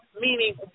meaning